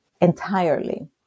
entirely